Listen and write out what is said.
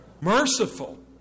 Merciful